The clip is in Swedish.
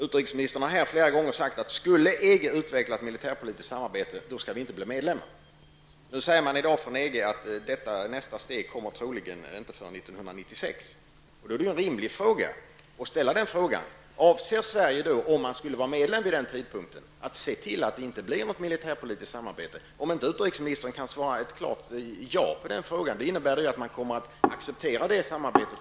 Utrikesministern har här flera gånger sagt, att skulle EG utveckla ett militärpolitiskt samarbete, så skall Sverige inte bli medlem. Nu säger man i dag från EG, att detta nästa steg troligen inte kommer förrän 1996. Då är det rimligt att fråga: Avser Sverige, om vi skulle vara medlem vid den tidpunkten, att se till att det inte blir något militärpolitiskt samarbete? Om inte utrikesministern kan svara ett klart ja på den frågan, innebär det att man senare kommer att acceptera det samarbetet.